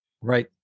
Right